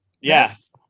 Yes